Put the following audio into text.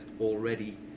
already